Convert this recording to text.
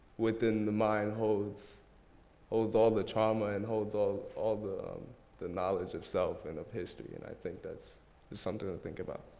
within the mind holds holds all the trauma and holds all the knowledge of self and of history. and i think that's something to think about.